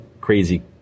crazy